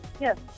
Yes